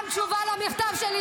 -- גם תשובה על המכתב שלי,